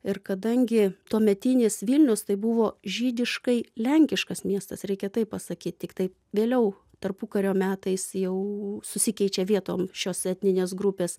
ir kadangi tuometinis vilnius tai buvo žydiškai lenkiškas miestas reikia taip pasakyt tiktai vėliau tarpukario metais jau susikeičia vietom šios etninės grupės